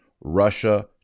Russia